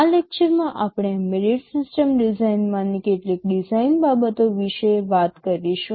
આ લેક્ચરમાં આપણે એમ્બેડેડ સિસ્ટમ ડિઝાઇનમાંની કેટલીક ડિઝાઇન બાબતો વિશે વાત કરીશું